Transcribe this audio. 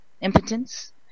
impotence